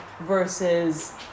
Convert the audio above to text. versus